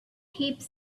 heaps